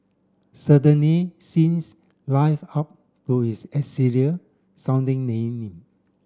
certainly seems live up to its elixir sounding name